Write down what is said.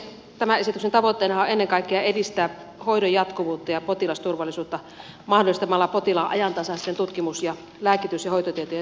tämän esityksen tavoitteenahan on ennen kaikkea edistää hoidon jatkuvuutta ja potilasturvallisuutta mahdollistamalla potilaan ajantasaisten tutkimus lääkitys ja hoitotietojen saatavuus